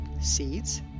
seeds